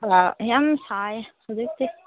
ꯑꯥ ꯌꯥꯝ ꯁꯥꯏꯌꯦ ꯍꯧꯖꯤꯛꯇꯤ